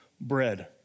bread